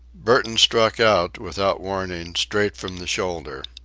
burton struck out, without warning, straight from the shoulder.